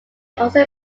also